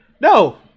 No